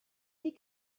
dit